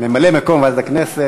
חוק ומשפט.